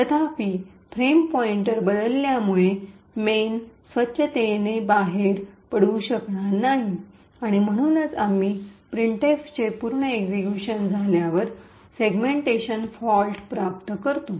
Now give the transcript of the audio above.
तथापि frame pointer बदलल्यामुळे main स्वच्छतेने क्लीनली cleanly बाहेर एक्सिट - exit पडू शकणार नाही आणि म्हणूनच आम्ही प्रिंटएफचे पूर्ण एक्सिक्यूशन झाल्यावर सेगमेंटेशन फॉल्ट प्राप्त करतो